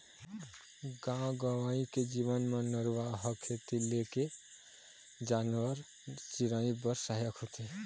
गाँव गंवई के जीवन म नरूवा ह खेती ले लेके जानवर, चिरई बर सहायक होथे